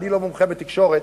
ואני לא מומחה לתקשורת,